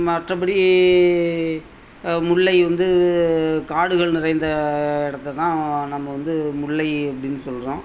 மற்றபடி முல்லை வந்து காடுகள் நிறைந்த இடத்தை தான் நம்ம வந்து முல்லை அப்படின்னு சொல்லுறோம்